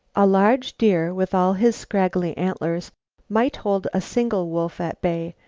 a large deer with all his scraggly antlers might hold a single wolf at bay,